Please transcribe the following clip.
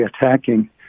attacking